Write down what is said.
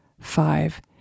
five